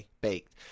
baked